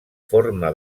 forma